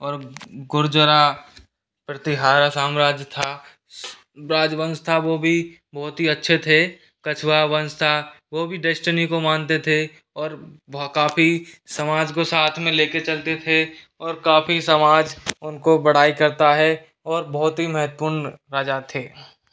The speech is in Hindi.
और गुरजर प्रतिहार साम्राज्य था राजवंश था वो भी बहुत ही अच्छे थे कच्छवाहा वंश था वो भी डेस्टिनी को मानते थे और वह काफ़ी समाज को साथ में लेके चलते थे और काफ़ी समाज उनको बड़ाई करता है और बहुत ही महत्वपूर्ण राजा थे